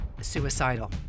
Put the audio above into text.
suicidal